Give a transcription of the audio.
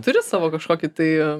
turi savo kažkokį tai